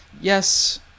Yes